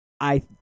I